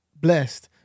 Blessed